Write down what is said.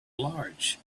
large